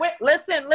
listen